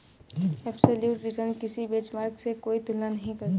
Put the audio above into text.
absolute return किसी benchmark से कोई तुलना नहीं करता